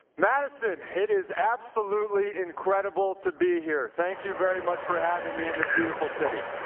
madison, it is absolutely incredible to be here. thank you very much for having me in this beautiful city.